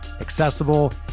accessible